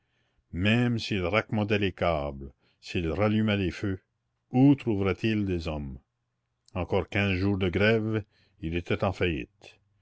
même s'il raccommodait les câbles s'il rallumait les feux où trouverait-il des hommes encore quinze jours de grève il était en faillite